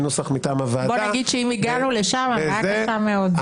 עם נוסח מטעם הוועדה -- בוא נגיד שאם הגענו לשם הבעיה קשה מאוד.